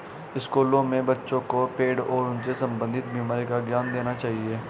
स्कूलों में बच्चों को पेड़ और उनसे संबंधित बीमारी का ज्ञान देना चाहिए